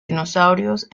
dinosaurios